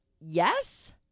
yes